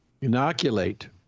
inoculate